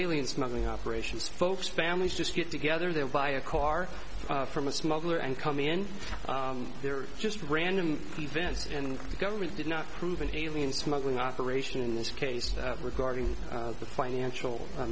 alien smuggling operations folks families just get together there buy a car from a smuggler and come in they're just random events in the government did not prove an alien smuggling operation in this case regarding the financial